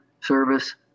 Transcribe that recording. service